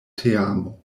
teamo